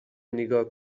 نیگا